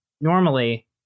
normally